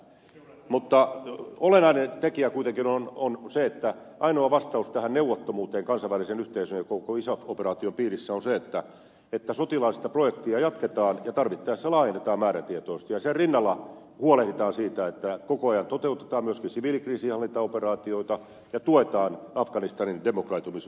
mutta olennainen tekijä kuitenkin on se että ainoa vastaus tähän neuvottomuuteen kansainvälisen yhteisön ja koko isaf operaation piirissä on se että sotilaallista projektia jatketaan ja tarvittaessa laajennetaan määrätietoisesti ja sen rinnalla huolehditaan siitä että koko ajan toteutetaan myöskin siviilikriisinhallintaoperaatioita ja tuetaan afganistanin demokratisoitumiskehitystä